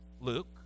Luke